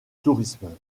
tourisme